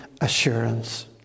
assurance